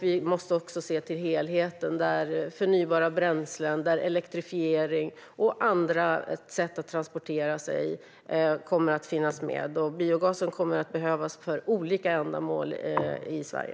Vi måste också se till helheten där förnybara bränslen, elektrifiering och andra sätt att transportera sig kommer att finnas med. Biogasen kommer att behövas för olika ändamål i Sverige.